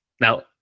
Now